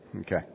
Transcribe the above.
Okay